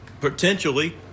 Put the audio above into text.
potentially